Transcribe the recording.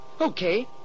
Okay